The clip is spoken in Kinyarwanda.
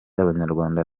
abanyarwanda